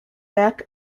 back